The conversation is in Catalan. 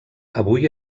avui